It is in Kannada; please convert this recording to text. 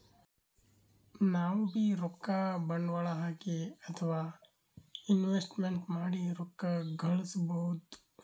ನಾವ್ಬೀ ರೊಕ್ಕ ಬಂಡ್ವಾಳ್ ಹಾಕಿ ಅಥವಾ ಇನ್ವೆಸ್ಟ್ಮೆಂಟ್ ಮಾಡಿ ರೊಕ್ಕ ಘಳಸ್ಕೊಬಹುದ್